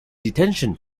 detention